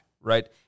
right